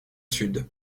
sud